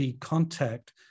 contact